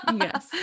Yes